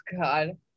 God